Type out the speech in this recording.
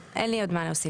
אין לי עוד מה להוסיף.